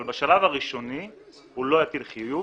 אבל בשלב הראשוני הוא לא יטיל חיוב,